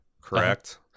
Correct